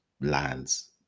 lands